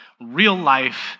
real-life